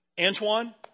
Antoine